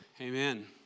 Amen